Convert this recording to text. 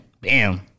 Bam